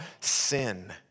sin